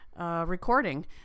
recording